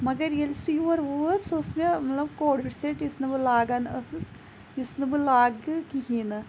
مَگَر ییٚلہِ سُہ یور ووت سُہ اوس مےٚ مَطلَب کوڈر سیٚٹ یُس نہٕ بہٕ لاگان ٲسِس یُس نہٕ بہٕ لاگہٕ کِہِیٖنۍ نہٕ